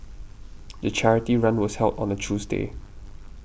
the charity run was held on the Tuesday